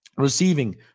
receiving